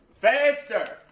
Faster